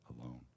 alone